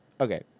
Okay